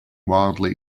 wildly